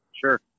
Sure